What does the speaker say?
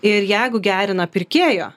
ir jeigu gerina pirkėjo